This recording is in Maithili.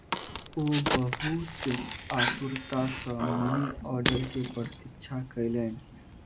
ओ बहुत आतुरता सॅ मनी आर्डर के प्रतीक्षा कयलैन